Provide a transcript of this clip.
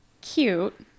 cute